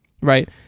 right